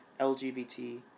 LGBT